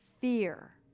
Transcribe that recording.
Fear